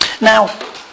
Now